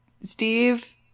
Steve